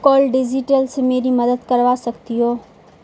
کال digital سے میری مدد کروا سکتی ہو